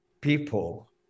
people